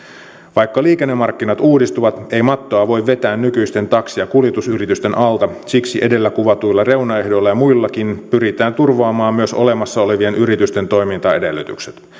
vaikka liikennemarkkinat uudistuvat ei mattoa voi vetää nykyisten taksi ja kuljetusyritysten alta siksi edellä kuvatuilla reunaehdoilla ja muillakin pyritään turvaamaan myös olemassa olevien yritysten toimintaedellytykset